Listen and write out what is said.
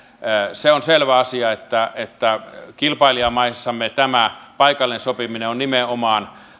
se on selvä asia että että kilpailijamaissamme tämä paikallinen sopiminen on nimenomaan